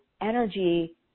energy